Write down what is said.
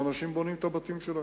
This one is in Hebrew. ואנשים בונים את הבתים שלהם.